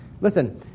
Listen